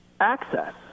access